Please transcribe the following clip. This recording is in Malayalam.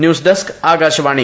ന്യൂസ്ഡസ്ക് ആകാശവാണി